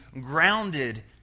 grounded